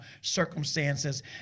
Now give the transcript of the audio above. circumstances